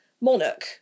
monarch